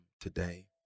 today